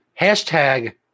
Hashtag